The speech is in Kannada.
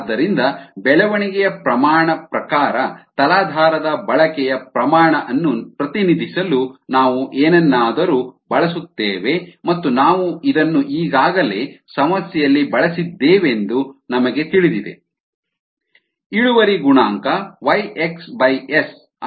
ಆದ್ದರಿಂದ ಬೆಳವಣಿಗೆಯ ಪ್ರಮಾಣ ಪ್ರಕಾರ ತಲಾಧಾರದ ಬಳಕೆಯ ಪ್ರಮಾಣ ಅನ್ನು ಪ್ರತಿನಿಧಿಸಲು ನಾವು ಏನನ್ನಾದರೂ ಬಳಸುತ್ತೇವೆ ಮತ್ತು ನಾವು ಇದನ್ನು ಈಗಾಗಲೇ ಸಮಸ್ಯೆಯಲ್ಲಿ ಬಳಸಿದ್ದೇವೆಂದು ನಮಗೆ ತಿಳಿದಿದೆ ಇಳುವರಿ ಗುಣಾಂಕ Y xS ಅದನ್ನು ಮಾಡಬಹುದು